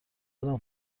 دارم